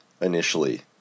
initially